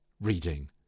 reading